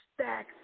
stacks